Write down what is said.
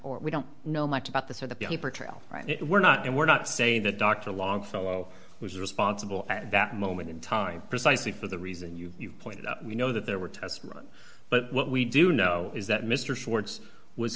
or we don't know much about this or the paper trail it we're not and we're not saying that dr longfellow was responsible at that moment in time precisely for the reason you pointed out we know that there were tests run but what we do know is that mr schwartz was